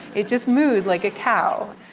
it just mooed like a cow